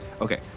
Okay